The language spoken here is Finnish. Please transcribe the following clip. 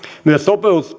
myös